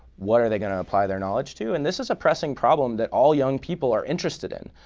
what are they going to apply their knowledge to? and this is a pressing problem that all young people are interested in.